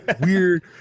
weird